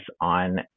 on